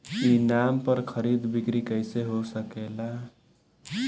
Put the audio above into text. ई नाम पर खरीद बिक्री कैसे हो सकेला?